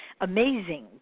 amazing